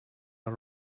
are